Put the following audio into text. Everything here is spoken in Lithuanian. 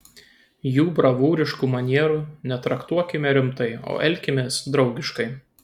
jų bravūriškų manierų netraktuokime rimtai o elkimės draugiškai